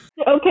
Okay